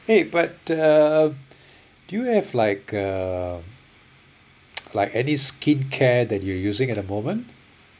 hey but uh do you have like uh like any skincare that you're using at the moment